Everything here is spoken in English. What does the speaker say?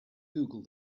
google